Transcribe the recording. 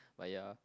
but ya